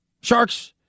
Sharks